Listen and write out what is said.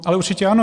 Ale určitě ano.